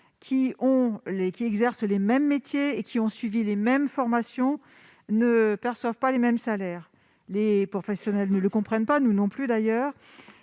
qui exercent les mêmes métiers, après avoir suivi les mêmes formations, ne perçoivent pas les mêmes salaires ? Les personnels ne le comprennent pas, nous non plus d'ailleurs.